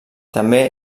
també